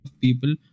people